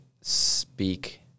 speak